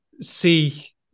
see